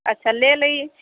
अच्छा ले ली